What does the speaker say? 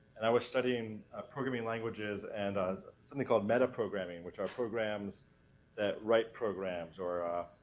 and i was studying programming languages, and something called meta-programming, which are programs that write programs, or